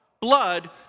Blood